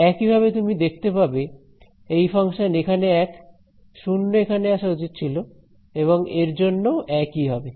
একইভাবে তুমি দেখতে পাবে এই ফাংশন এখানে 1 0 এখানে আসা উচিত ছিল এবং এর জন্যও একই হবে